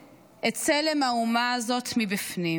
את צלם האומה הזאת מבפנים.